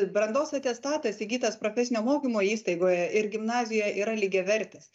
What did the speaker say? brandos atestatas įgytas profesinio mokymo įstaigoje ir gimnazijoje yra lygiavertis